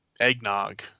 eggnog